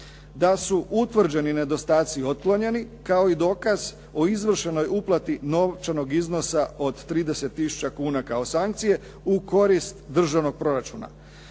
da su utvrđeni nedostaci otklonjeni kao i dokaz o izvršenoj uplati novčanog iznosa od 30 tisuća kuna kao sankcije u korist državnog proračuna.